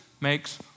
makes